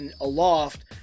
aloft